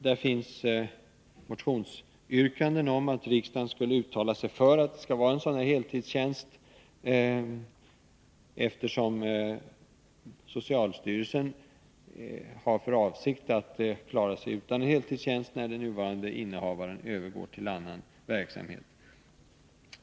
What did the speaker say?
Där finns motionsyrkanden om att riksdagen skall uttala sig för att det skall vara en heltidstjänst, eftersom socialstyrelsen har för avsikt att klara sig utan denna heltidstjänst när den nuvarande innehavaren övergår till annan verksamhet.